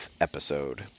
episode